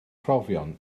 brofion